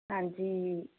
ਹਾਂਜੀ